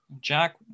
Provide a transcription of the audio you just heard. Jack